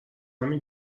همین